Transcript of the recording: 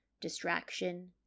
distraction